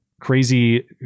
crazy